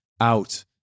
out